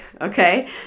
okay